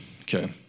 okay